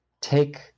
take